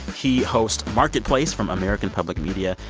he hosts marketplace from american public media.